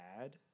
add